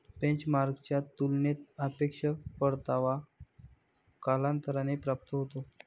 बेंचमार्कच्या तुलनेत सापेक्ष परतावा कालांतराने प्राप्त होतो